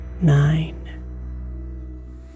nine